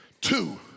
two